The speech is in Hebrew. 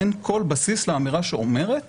אין כל בסיס לאמירה שאומרת